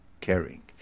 caring